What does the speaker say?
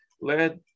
Let